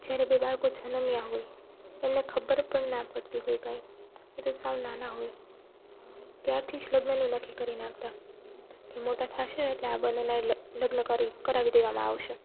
જ્યારે બે બાળકો જન્મ્યાં હોય એમને ખબર પણ ના પડતી હોય કાંઈ એ તો સાવ નાનાં હોય ત્યારથી જ લગ્નનું નક્કી કરી નાખતા કે મોટા થશે એટલે આ બંનેનાં લગ્ન કરાવી દેવામાં આવશે